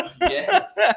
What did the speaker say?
Yes